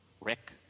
Rick